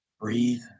breathe